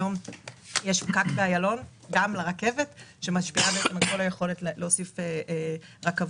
היום יש פקק באיילון לרכבת רק בגלל אי היכולת להוסיף רכבות.